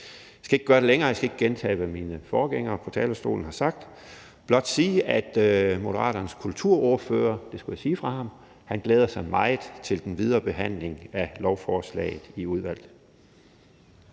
Jeg skal ikke gøre det længere, jeg skal ikke gentage, hvad mine forgængere på talerstolen har sagt. Jeg skal blot sige fra Moderaternes kulturordfører, at han glæder sig meget til den videre behandling af lovforslaget i udvalget.